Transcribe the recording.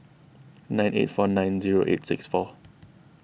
nine eight four nine zero eight six four